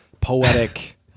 poetic